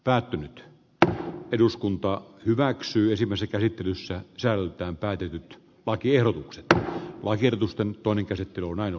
päättynyt että eduskunta hyväksyisimme sekä riittävyys ja säilytän päätynyt vai kierrokset theo waigel mustan ponin käsittelun aino